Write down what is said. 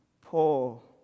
Paul